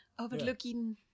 Overlooking